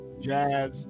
jazz